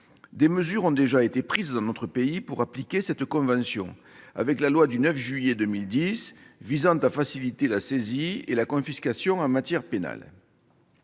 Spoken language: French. Des mesures ont déjà été prises dans notre pays pour appliquer cette convention, avec la loi du 9 juillet 2010 visant à faciliter la saisie et la confiscation en matière pénale.